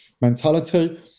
mentality